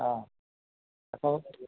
অ' আকৌ